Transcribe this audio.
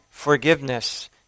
forgiveness